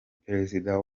perezida